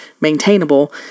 maintainable